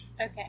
Okay